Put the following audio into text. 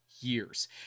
years